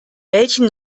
welchen